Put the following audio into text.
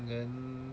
then